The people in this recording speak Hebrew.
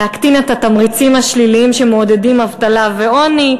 להקטין את התמריצים השליליים שמעודדים אבטלה ועוני.